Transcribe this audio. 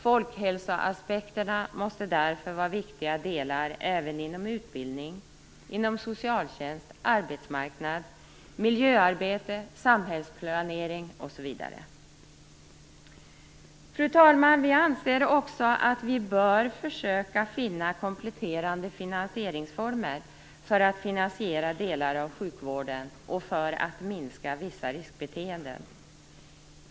Folkhälsoaspekterna måste därför vara viktiga delar även inom utbildning, socialtjänst, arbetsmarknad, miljöarbete, samhällsplanering osv. Vi anser också att vi bör försöka finna kompletterande finansieringsformer för att finansiera delar av sjukvården och för att minska vissa riskbeteenden.